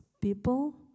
people